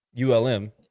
ULM